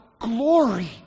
glory